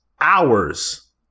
hours